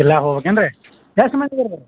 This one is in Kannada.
ಇಲ್ಲ ಹೊಗೇನ್ ರೀ ಜಾಸ್ತಿ ಮಾತಡ್ಬಾರ್ದು